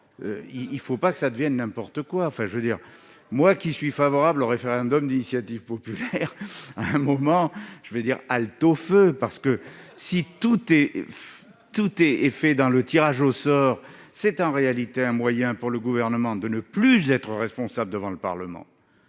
il ne faut pas que ça devienne n'importe quoi, enfin je veux dire, moi qui suis favorable au référendum d'initiative populaire, à un moment, je vais dire halte au feu, parce que si tout est, tout est est fait dans le tirage au sort, c'est en réalité un moyen pour le gouvernement de ne plus être responsable devant le Parlement,